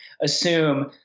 assume